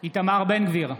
איתמר בן גביר,